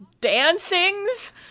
dancings